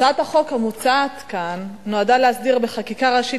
הצעת החוק המוצעת כאן נועדה להסדיר בחקיקה ראשית